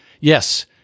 Yes